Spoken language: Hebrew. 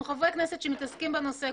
אנחנו חברי כנסת שמתעסקים בנושא.